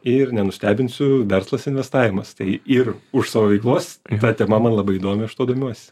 ir nenustebinsiu verslas investavimas tai ir už savo veiklos ta tema man labai įdomi aš tuo domiuosi